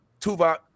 Tuvok